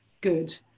good